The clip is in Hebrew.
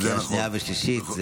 קריאה שנייה ושלישית.